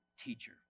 teacher